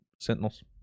Sentinels